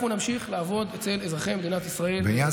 אנחנו נמשיך לעבוד אצל אזרחי מדינת ישראל ברגישות,